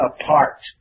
apart